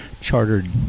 chartered